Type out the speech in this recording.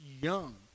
young